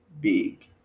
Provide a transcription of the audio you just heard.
big